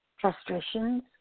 frustrations